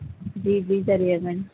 جی جی دریا گنج